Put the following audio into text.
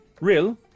Real